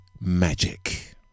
magic